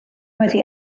wedi